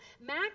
Mac